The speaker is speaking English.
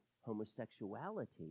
homosexuality